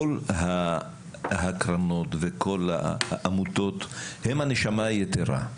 כל הקרנות וכל העמותות הם הנשמה היתרה,